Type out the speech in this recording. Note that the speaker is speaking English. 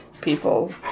people